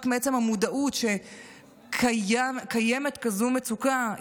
רק מעצם המודעות שקיימת כזאת מצוקה,